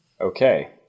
Okay